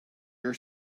your